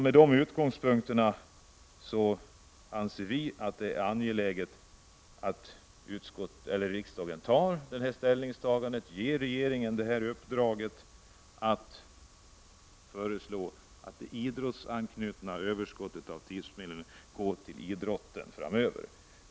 Med de utgångspunkterna anser vi i vpk att det är angeläget att riksdagen gör detta ställningstagande och ger regeringen detta uppdrag att föreslå att det idrottsanknutna överskottet av Tipstjänsts medel går till idrotten framöver.